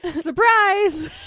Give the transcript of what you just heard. Surprise